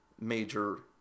major